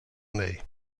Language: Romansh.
mei